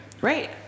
right